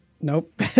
Nope